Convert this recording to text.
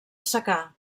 secà